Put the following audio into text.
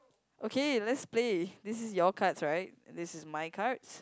okay let's play this is your cards right this is my cards